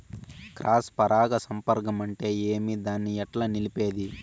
Cross పరాగ సంపర్కం అంటే ఏమి? దాన్ని ఎట్లా నిలిపేది?